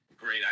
great